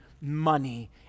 money